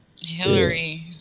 Hillary